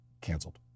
canceled